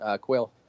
Quill